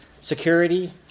security